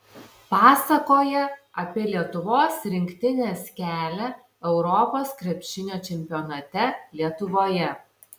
pasakoja apie lietuvos rinktinės kelią europos krepšinio čempionate lietuvoje